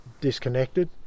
disconnected